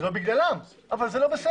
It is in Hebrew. זה לא בגללם, אבל זה לא בסדר.